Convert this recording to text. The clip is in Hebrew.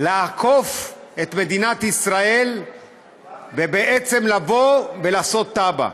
לעקוף את מדינת ישראל ובעצם לבוא ולעשות תב"ע,